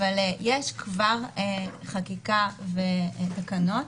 יש כבר חקיקה ותקנות